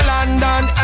London